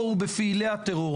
בטרור